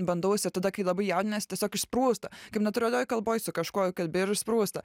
bandausi ir tada kai labai jaudiniesi tiesiog išsprūsta kaip natūralioj kalboj su kažkuo kalbi ir išsprūsta